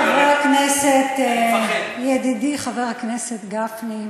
חברי חברי הכנסת, ידידי חבר הכנסת גפני,